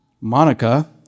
Monica